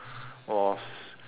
was